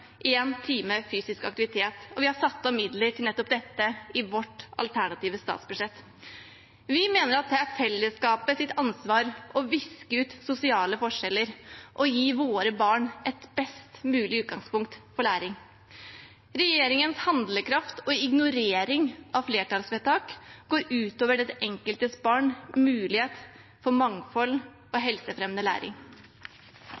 én time fysisk aktivitet, og vi har satt av midler til nettopp dette i vårt alternative statsbudsjett. Vi mener at det er fellesskapets ansvar å viske ut sosiale forskjeller og gi våre barn et best mulig utgangspunkt for læring. Regjeringens mangel på handlekraft og ignorering av flertallsvedtak går ut over det enkelte barns mulighet for mangfold og